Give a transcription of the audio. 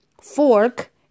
fork